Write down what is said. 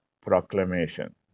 proclamation